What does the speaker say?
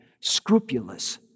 scrupulous